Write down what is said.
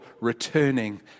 returning